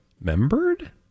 Membered